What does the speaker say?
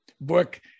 book